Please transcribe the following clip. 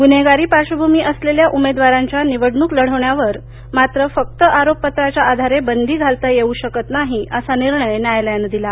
गुन्हेगारी पार्श्वभूमी असलेल्या उमेदवारांच्या निवडणूक लढवण्यावर मात्र फक्त आरोपपत्राच्या आधारे बंदी घालता येऊ शकत नाही असा निर्णय न्यायालयानं दिला